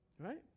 Right